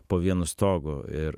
po vienu stogu ir